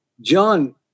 John